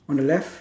on the left